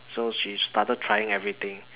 so she started trying everything